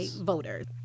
voters